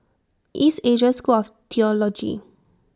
East Asia School of Theology